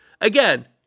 again